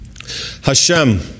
Hashem